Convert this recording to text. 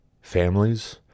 families